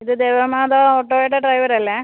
ഇത് ദേവമാതാ ഓട്ടോയുടെ ഡ്രൈവർ അല്ലേ